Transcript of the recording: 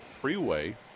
Freeway